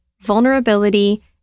Vulnerability